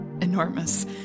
enormous